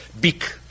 big